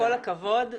כל הכבוד.